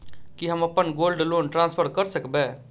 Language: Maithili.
की हम अप्पन गोल्ड लोन ट्रान्सफर करऽ सकबै?